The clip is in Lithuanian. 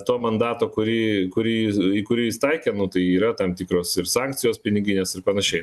to mandato kurį kurį į kurį jis taikė nu tai yra tam tikros ir sankcijos piniginės ir panašiai